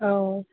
औ